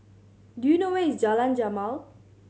do you know where is Jalan Jamal